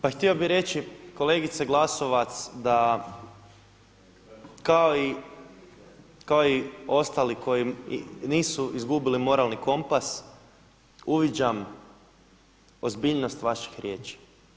Pa htio bih reći kolegice Glasovac da kao i ostali koji nisu izgubili moralni kompas, uviđam ozbiljnost vaših riječi.